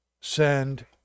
send